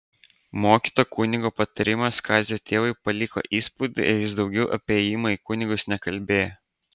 mokyto kunigo patarimas kazio tėvui paliko įspūdį ir jis daugiau apie ėjimą į kunigus nekalbėjo